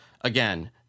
Again